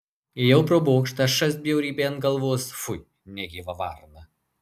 ėjau pro bokštą šast bjaurybė ant galvos fui negyva varna